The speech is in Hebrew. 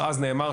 לכל אזרח ואזרח.